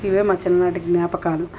ఇవే మా చిన్ననాటి జ్ఞాపకాలు